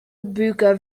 brücke